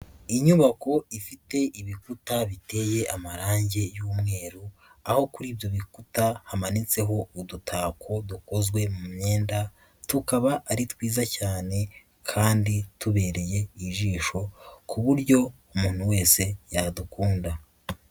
nyubako ifite ibikuta biteye amarangi y'umweru, aho kuri ibyo bikuta hamanitseho udutako dukozwe mu myenda, tukaba ari twiza cyane kandi tubereye ijisho, ku buryo umuntu wese yadukunda.